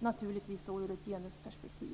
naturligtvis i ett genusperspektiv.